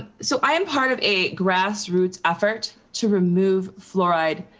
so i am part of a grassroots effort to remove fluoride